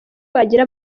bagira